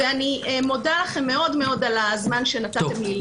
אני מודה לכם מאוד מאוד על הזמן שנתתם לי.